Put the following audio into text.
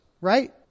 right